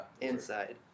Inside